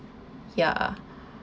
ya